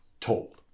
told